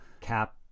cap